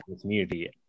community